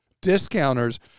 discounters